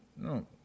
No